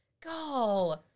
Go